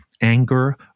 anger